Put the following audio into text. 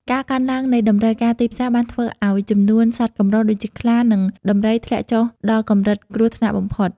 ការកើនឡើងនៃតម្រូវការទីផ្សារបានធ្វើឱ្យចំនួនសត្វកម្រ ដូចជាខ្លា និងដំរី ធ្លាក់ចុះដល់កម្រិតគ្រោះថ្នាក់បំផុត។